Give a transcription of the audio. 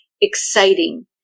exciting